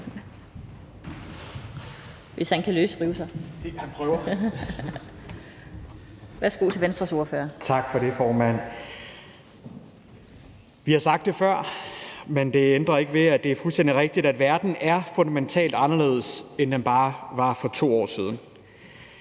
Vi har sagt det før, men det ændrer ikke ved, at det er fuldstændig rigtigt, at verden er fundamentalt anderledes, end den var for bare 2 år siden.